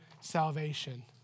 salvation